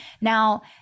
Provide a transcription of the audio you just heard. now